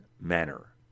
manner